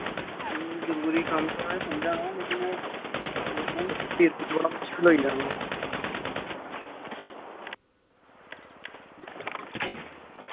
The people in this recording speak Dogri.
जरूरी कम्म ते ऐ समझा ना लेकिन हून पेपर न मुशकल होई जाना